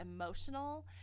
emotional